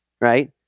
right